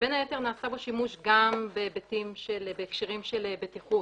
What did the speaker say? ובין היתר נעשה בו שימוש גם בהקשרים של בטיחות.